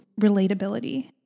relatability